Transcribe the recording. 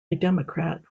elected